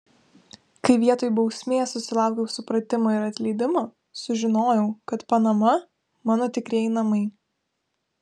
kai vietoj bausmės susilaukiau supratimo ir atleidimo sužinojau kad panama mano tikrieji namai